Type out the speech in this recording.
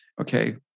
okay